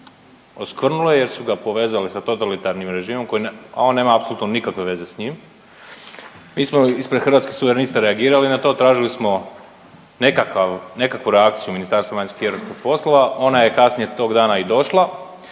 oskvrnuli jer su ga povezali sa totalitarnim režimom, a on nema apsolutno nikakve veze s njim. Mi smo ispred Hrvatskih suverenista reagirali na to, tražili smo nekakav, nekakvu reakciju Ministarstva vanjskih i europskih poslova, ona je kasnije tog dana i došla,